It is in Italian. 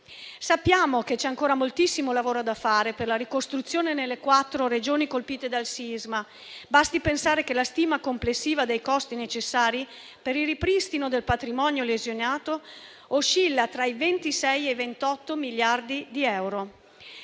Sappiamo che c'è ancora moltissimo lavoro da fare per la ricostruzione nelle quattro Regioni colpite dal sisma. Basti pensare che la stima complessiva dei costi necessari per il ripristino del patrimonio lesionato oscilla tra 26 e 28 miliardi di euro.